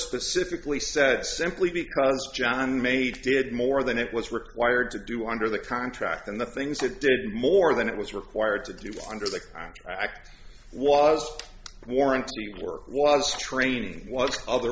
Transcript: specifically said simply because john made did more than it was required to do under the contract and the things it did more than it was required to do under the act was warranty work was training was other